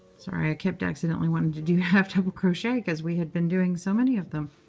sorry. i kept accidentally wanting to do half double crochet because we had been doing so many of them.